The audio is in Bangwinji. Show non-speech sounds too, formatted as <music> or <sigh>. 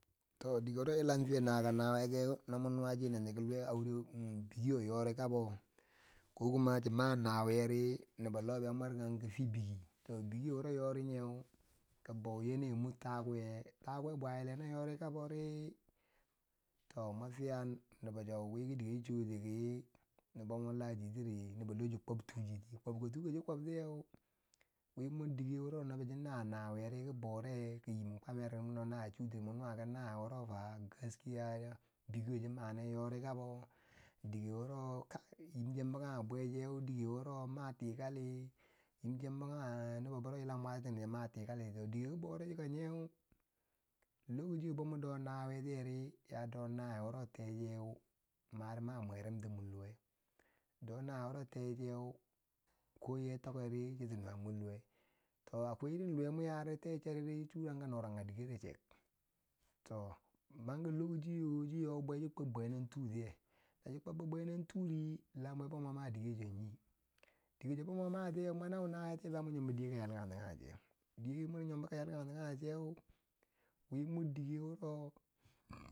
To dike wuro yilam fiye <noise> naka nawiye keu no mwo nuwo ti ki luwe auro bikyo yori kabo ko kuma shin ma nawiye ri nobbo lobeu mwerkang fiye bikito bikiyo wo yori neykibo yana yi mor takuwe, takuwe bwayileu no yori kabori, mwo to ma chi choti ki no bomun nachi tiri nobo lo chiyeh kwab tuchiti kwab ka tu ko chi kwab tiyeh wi mor dike wuro no bo shi na nawuyetiri ki baure ki yim kwamar no nawuye shutiri mu nuwa ki nawiye wuro fa gaskiya biki yiyo chi mane yori kabo dike wuro kai yim shen bo kage bweseu dike wuro ma tikali yim chembo kage nubo wuro yilam bwantiniye ma tika liti dike ki bau re shiko yeu lokashiyo bo mu do nawiye tiyeri ya do nawiye wuro mandi teche ma mwerenti mbur luwe do nawiye wuro teche ko ye tikeri chiki nuwai mur luwe to akwai irin luwai no mun yari tee shuragi ka noranga digerekshek to mani ki lokochiyo chi yo bwa chi kwab bwe nen tu tiye lachi kwabbo bwenen turi la mur bima ma dike so yi dike so boma matiye mur now nawuyetiye mun yombo dike a yalkang nen ti kage che dike mur yombo a yalkag nenti kage ser wi mor dike wuro. <noise>